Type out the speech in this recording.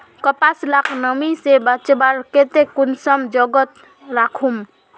कपास लाक नमी से बचवार केते कुंसम जोगोत राखुम?